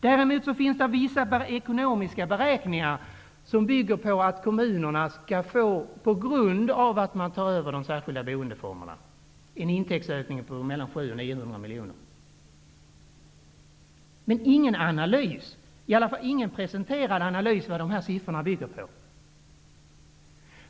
Däremot finns vissa ekonomiska beräkningar, som bygger på att kommunerna, på grund av att man tar över de särskilda boendeformerna, skall få en intäktsökning på mellan 700 och 900 miljoner. Det redovisas emellertid inte någon analys av vad dessa siffror bygger på.